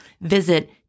Visit